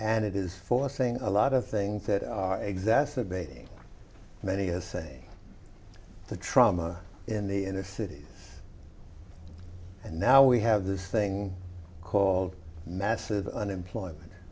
and it is forcing a lot of things that are exacerbating many a say the trauma in the inner city and now we have this thing called massive unemployment